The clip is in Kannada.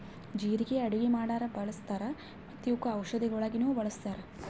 ಜೀರಿಗೆ ಅಡುಗಿ ಮಾಡಾಗ್ ಬಳ್ಸತಾರ್ ಮತ್ತ ಇವುಕ್ ಔಷದಿಗೊಳಾಗಿನು ಬಳಸ್ತಾರ್